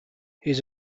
his